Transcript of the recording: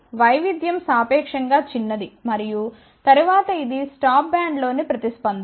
కానీ వైవిధ్యం సాపేక్షం గా చిన్నది మరియు తరువాత ఇది స్టాప్ బ్యాండ్లోని ప్రతిస్పందన